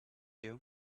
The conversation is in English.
you